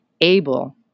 able